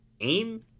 AIM